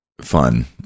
fun